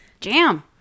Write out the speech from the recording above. Jam